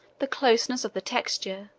the closeness of the texture,